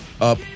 up